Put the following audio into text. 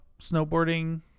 snowboarding